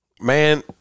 man